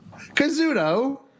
Kazuto